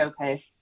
okay